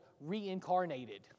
reincarnated